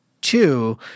two